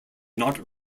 not